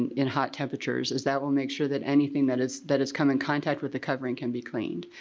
and in hot temperatures as that will make sure that anything that is that is come in contact with the covering can be cleaned.